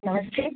नमस्ते